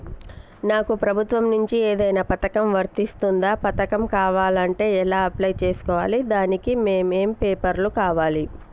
నాకు ప్రభుత్వం నుంచి ఏదైనా పథకం వర్తిస్తుందా? పథకం కావాలంటే ఎలా అప్లై చేసుకోవాలి? దానికి ఏమేం పేపర్లు కావాలి?